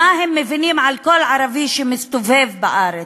מה הם מבינים על כל ערבי שמסתובב בארץ.